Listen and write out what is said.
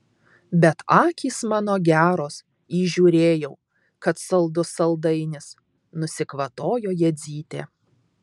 bet akys mano geros įžiūrėjau kad saldus saldainis nusikvatojo jadzytė